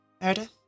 Meredith